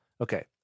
okay